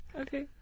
Okay